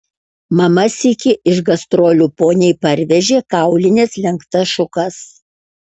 mama sykį iš gastrolių poniai parvežė kaulines lenktas šukas